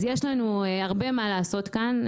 אז יש לנו הרבה מה לעשות כאן,